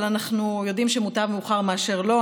אבל אנחנו יודעים שמוטב מאוחר מאשר לא,